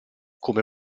come